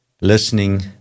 listening